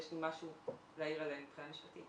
יש לי משהו להעיר עליהן מבחינה משפטית.